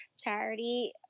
charity